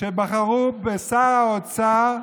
שבחרו בשר האוצר,